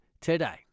today